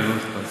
לי לא אכפת.